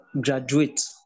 graduate